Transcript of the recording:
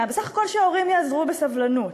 בסך הכול שהורים ייאזרו בסבלנות.